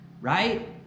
right